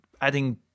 adding